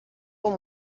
com